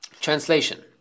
translation